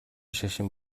шашин